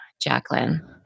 Jacqueline